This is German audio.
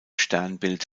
sternbild